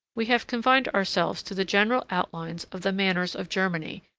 we have confined ourselves to the general outlines of the manners of germany,